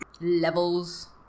Levels